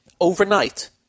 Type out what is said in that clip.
overnight